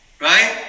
Right